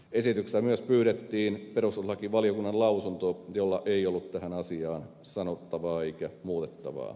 esityksestä myös pyydettiin perustuslakivaliokunnan lausunto jolla ei ollut tähän asiaan sanottavaa eikä muutettavaa